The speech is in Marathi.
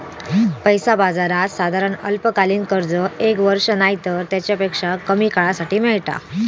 पैसा बाजारात साधारण अल्पकालीन कर्ज एक वर्ष नायतर तेच्यापेक्षा कमी काळासाठी मेळता